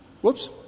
whoops